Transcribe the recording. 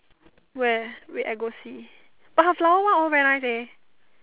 where wait I go see but her flower one all very nice leh